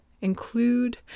Include